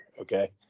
okay